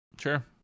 sure